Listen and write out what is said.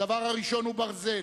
הדבר הראשון הוא: ברזל.